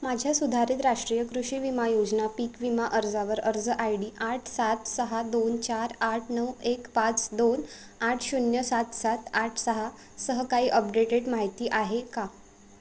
माझ्या सुधारित राष्ट्रीय कृषी विमा योजना पीक विमा अर्जावर अर्ज आय डी आठ सात सहा दोन चार आठ नऊ एक पाच दोन आठ शून्य सात सात आठ सहा सह काही अपडेटेड माहिती आहे का